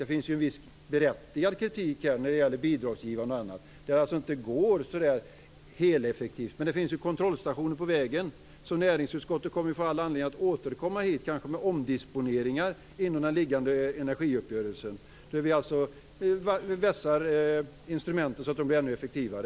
Det finns en viss berättigad kritik när det gäller bidragsgivande och annat där det inte går så heleffektivt. Men det finns kontrollstationer på vägen. Näringsutskottet kommer att få all anledning att kanske återkomma med omdisponeringar inom den liggande energiuppgörelsen där vi vässar instrumenten så att de blir ännu effektivare.